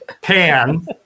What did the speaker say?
Pan